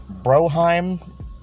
Broheim